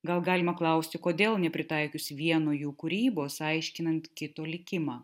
gal galima klausti kodėl nepritaikius vieno jų kūrybos aiškinant kito likimą